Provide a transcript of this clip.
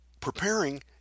Preparing